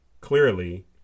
clearly